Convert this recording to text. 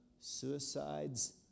suicides